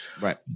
Right